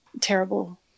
terrible